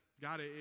God